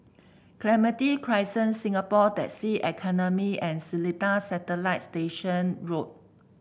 Clementi Crescent Singapore Taxi Academy and Seletar Satellite Station Road